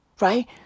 right